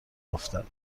افتد